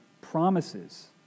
promises